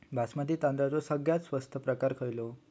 बासमती तांदळाचो सगळ्यात स्वस्त प्रकार खयलो?